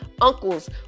Uncles